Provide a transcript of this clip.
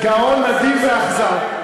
"גאון, נדיב ואכזר".